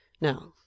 Now